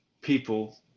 people